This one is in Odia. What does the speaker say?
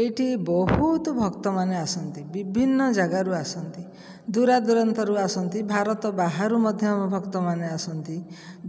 ଏଇଠି ବହୁତ ଭକ୍ତମାନେ ଆସନ୍ତି ବିଭିନ୍ନ ଜାଗାରୁ ଆସନ୍ତି ଦୁରଦୂରାନ୍ତରୁ ଆସନ୍ତି ଭାରତ ବାହାରୁ ମଧ୍ୟ ଭକ୍ତମାନେ ଆସନ୍ତି